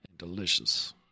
Delicious